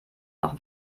noch